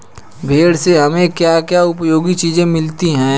भेड़ से हमें क्या क्या उपयोगी चीजें मिलती हैं?